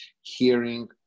hearing